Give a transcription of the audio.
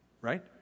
right